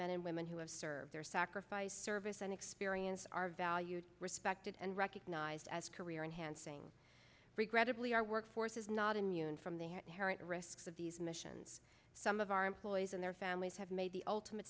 men and women who have served their sacrifice service and experience are valued respected and recognized as career enhancing regrettably our work force is not a new and from the inherent risks of these missions some of our employees and their families have made the ultimate